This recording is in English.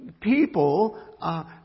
people